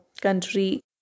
country